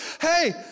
hey